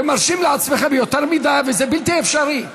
אתם מרשים לעצמכם יותר מדי, וזה בלתי אפשרי.